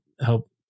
help